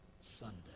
Sunday